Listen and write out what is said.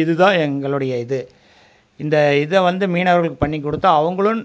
இது தான் எங்களுடைய இது இந்த இதை வந்து மீனவர்களுக்கு பண்ணி கொடுத்து அவங்களும்